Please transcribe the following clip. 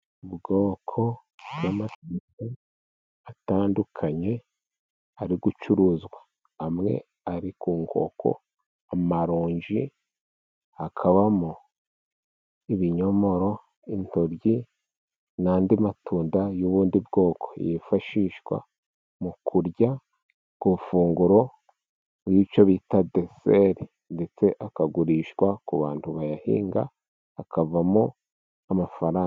Ubwoko bw'amatunda atandukanye ari gucuruzwa, amwe ari ku nkoko amaronji hakabamo ibinyomoro, intoryi n'andi matunda y'ubundi bwoko, yifashishwa mu kurya ku ifunguro nk'icyo bita deseri, ndetse akagurishwa ku bantu bayahinga akavamo amafaranga.